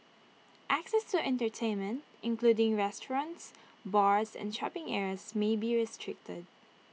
access to entertainment including restaurants bars and shopping areas may be restricted